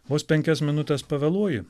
vos penkias minutes pavėluoji